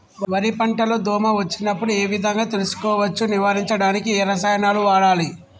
వరి పంట లో దోమ వచ్చినప్పుడు ఏ విధంగా తెలుసుకోవచ్చు? నివారించడానికి ఏ రసాయనాలు వాడాలి?